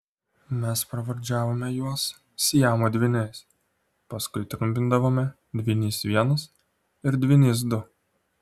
mes pravardžiavome juos siamo dvyniais paskui trumpindavome dvynys vienas ir dvynys du